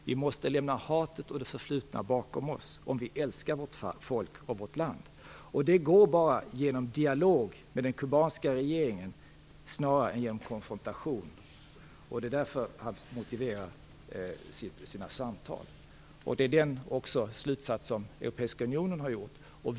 Vi måste lämna hatet och det förflutna bakom oss om vi älskar vårt folk och vårt land, och det går bara genom dialog med den kubanska regeringen snarare än genom konfrontation. - Det är så han motiverar sina samtal. Det är också den slutsats som Europeiska unionen har kommit till.